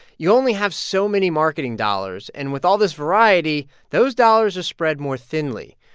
you only have so many marketing dollars. and with all this variety, those dollars are spread more thinly.